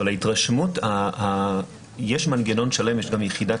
אבל ההתרשמות -- יש מנגנון שלם עם יחידת